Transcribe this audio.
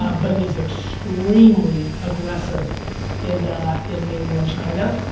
um but it is extremely aggressive in in mainland china,